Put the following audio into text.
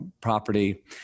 property